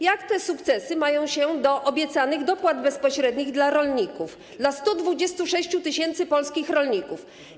Jak te sukcesy mają się do obiecanych dopłat bezpośrednich dla rolników, dla 126 tys. polskich rolników?